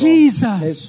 Jesus